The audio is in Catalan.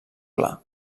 pla